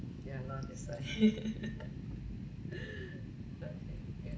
ya lah that's why ya